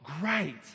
Great